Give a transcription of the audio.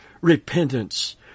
Repentance